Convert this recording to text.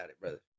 brother